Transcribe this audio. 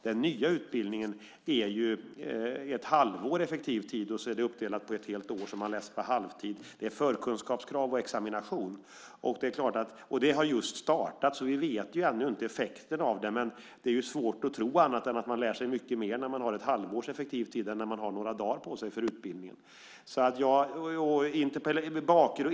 Den nya utbildningen är ett halvår effektiv tid. Man läser på halvtid under ett helt år. Det finns förkunskapskrav, och det sker examination. Denna utbildning har just startat, och vi vet därför inte vilken effekt den får. Men det är svårt att tro något annat än att man lär sig mycket mer när man har ett halvår effektiv tid än när man har några dagar på sig för utbildningen.